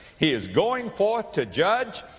he is going forth to judge.